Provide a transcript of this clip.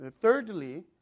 Thirdly